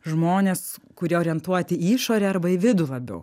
žmones kurie orientuoti į išorę arba į vidų labiau